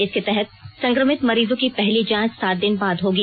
इसके तहत संक्रमित मरीजों की पहली जांच सात दिन बाद होगी